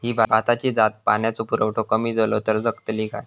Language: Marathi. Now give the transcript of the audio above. ही भाताची जात पाण्याचो पुरवठो कमी जलो तर जगतली काय?